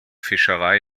fischerei